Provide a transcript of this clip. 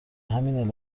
همین